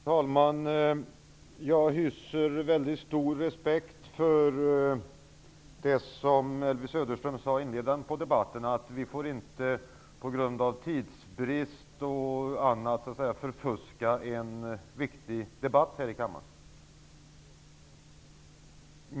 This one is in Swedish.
Herr talman! Jag hyser mycket stor respekt för det som Elvy Söderström sade inledningsvis, att vi inte på grund av tidsbrist och annat får förfuska en viktig debatt här i kammaren.